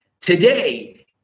Today